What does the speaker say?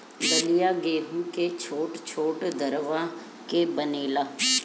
दलिया गेंहू के छोट छोट दरवा के बनेला